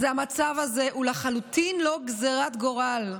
אז המצב הזה הוא לחלוטין לא גזרת גורל,